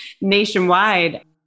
nationwide